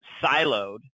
siloed